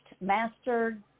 mastered